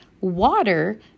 water